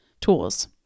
tools